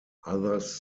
others